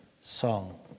song